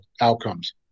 outcomes